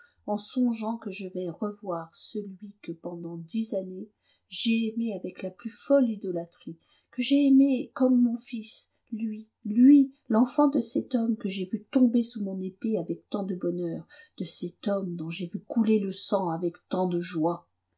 en songeant que je vais revoir celui que pendant dix années j'ai aimé avec la plus folle idolâtrie que j'ai aimé comme mon fils lui lui l'enfant de cet homme que j'ai vu tomber sous mon épée avec tant de bonheur de cet homme dont j'ai vu couler le sang avec tant de joie